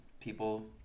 people